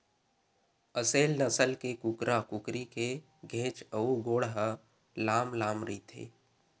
असेल नसल के कुकरा कुकरी के घेंच अउ गोड़ ह लांम लांम रहिथे